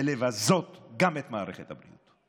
בלבזות גם את מערכת הבריאות.